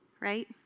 right